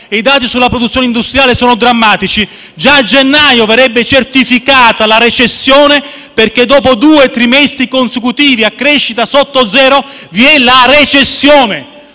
i dati sulla produzione industriale sono drammatici), già a gennaio verrebbe certificata la recessione: dopo due trimestri consecutivi a crescita sotto zero, infatti, vi è la recessione.